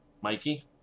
Mikey